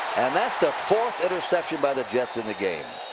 and that's the fourth interception by the jets in the game.